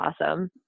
awesome